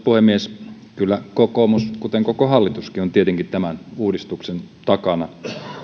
puhemies kyllä kokoomus kuten koko hallituskin on tietenkin tämän uudistuksen takana